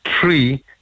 three